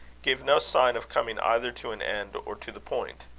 gave no sign of coming either to an end or to the point.